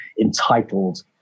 entitled